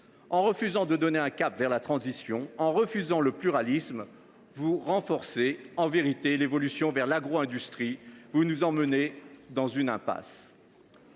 En refusant de donner un cap vers la transition, en refusant le pluralisme, vous renforcez en vérité l’évolution vers l’agro industrie et vous nous menez à une impasse.